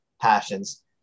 passions